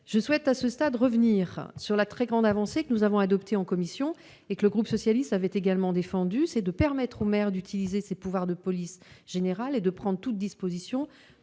Je souhaite à ce stade revenir sur la très grande avancée que nous avons adoptée en commission, et que le groupe socialiste avait défendue, consistant à permettre au maire d'utiliser ses pouvoirs de police générale et de prendre toute disposition